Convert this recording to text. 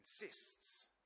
insists